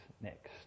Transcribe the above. next